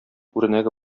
үрнәге